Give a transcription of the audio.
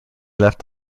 left